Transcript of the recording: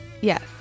Yes